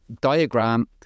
diagram